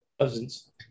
cousins